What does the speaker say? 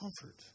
comfort